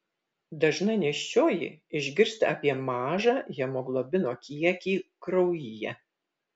dažna nėščioji išgirsta apie mažą hemoglobino kiekį kraujyje